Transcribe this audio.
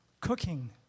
cooking